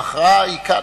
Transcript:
ההכרעה היא כאן,